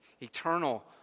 eternal